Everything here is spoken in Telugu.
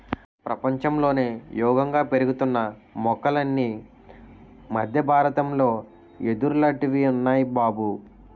ప్రపంచంలోనే యేగంగా పెరుగుతున్న మొక్కలన్నీ మద్దె బారతంలో యెదుర్లాటివి ఉన్నాయ్ బాబూ